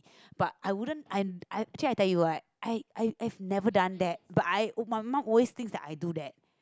but I wouldn't I I actually I tell you what I I I never done that my mum always think that I do that